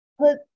put